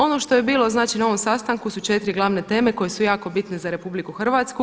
Ono što je bilo, znači na ovom sastanku su četiri glavne teme koje su jako bitne za RH.